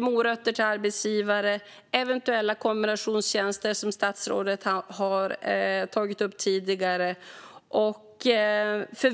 morötter till arbetsgivare och eventuella kombinationstjänster, som statsrådet har tagit upp tidigare.